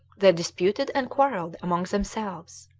they disputed and quarrelled among themselves.